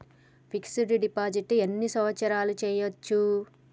Fix డ్ deposit ఎన్ని సంవత్సరాలు చేయచ్చు?